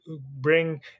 bring